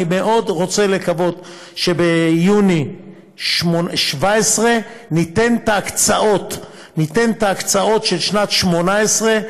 אני מאוד רוצה לקוות שביוני 2017 ניתן את ההקצאות של שנת 2018,